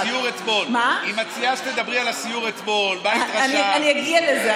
היא מציעה שתדברי על הסיור אתמול, אני אגיע לזה.